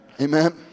Amen